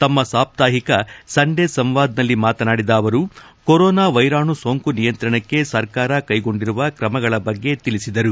ತಮ್ನ ಸಾಪ್ತಾಹಿಕ ಸಂಡೆ ಸಂವಾದ್ನಲ್ಲಿ ಮಾತನಾಡಿದ ಅವರು ಕೊರೊನಾ ವ್ಯೆರಾಣು ಸೋಂಕು ನಿಯಂತ್ರಣಕ್ಕೆ ಸರ್ಕಾರ ಕೈಗೊಂಡಿರುವ ಕ್ರಮಗಳ ಬಗ್ಗೆ ತಿಳಿಸಿದರು